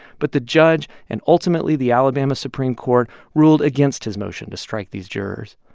but the judge and, ultimately, the alabama supreme court ruled against his motion to strike these jurors.